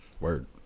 word